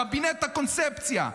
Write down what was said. קבינט הקונספציה,